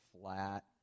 flat